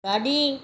गाॾी